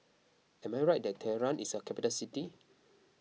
am I right that Tehran is a capital city